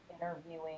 interviewing